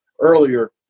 earlier